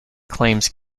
claims